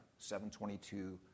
722